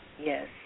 yes